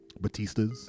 Batistas